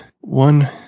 one